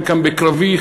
חלקם בקרבי,